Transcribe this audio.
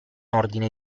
ordine